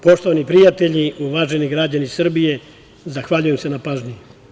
Poštovani prijatelji, uvaženi građani Srbije, zahvaljujem se na pažnji.